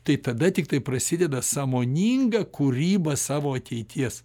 tai tada tiktai prasideda sąmoninga kūryba savo ateities